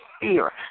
fear